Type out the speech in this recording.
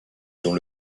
dont